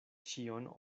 ĉion